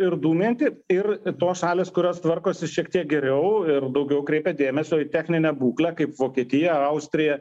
ir dūminti ir tos šalys kurios tvarkosi šiek tiek geriau ir daugiau kreipia dėmesio į techninę būklę kaip vokietija austrija